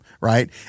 right